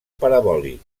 parabòlic